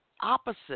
opposite